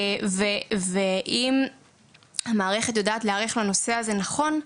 אם המערכת יודעת להיערך למעשה הזה נכון,